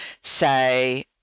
say